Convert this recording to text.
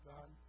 God